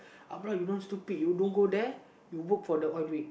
you don't stupid you don't go there you work for the oil wig